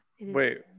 wait